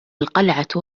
القلعة